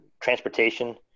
transportation